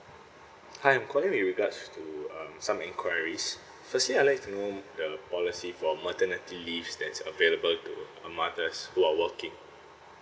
hi I'm calling with regards to um some enquiries firstly I'd like to know the policy for maternity leave that's available to um mothers who are working